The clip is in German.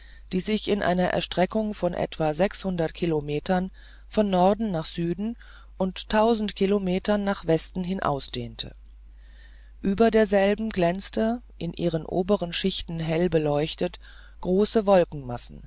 die sich in einer erstreckung von etwa kilometern von norden nach süden und tausend kilometern nach westen hin ausdehnte über derselben glänzten in ihren oberen schichten hell beleuchtet große